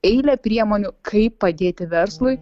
eilę priemonių kaip padėti verslui